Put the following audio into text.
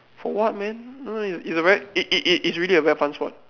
for what man no it's a very it it it is really a very fun sport